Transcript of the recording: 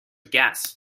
guess